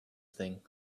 thing